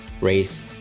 race